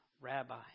rabbi